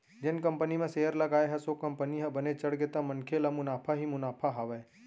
जेन कंपनी म सेयर लगाए हस ओ कंपनी ह बने चढ़गे त मनखे ल मुनाफा ही मुनाफा हावय